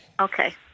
Okay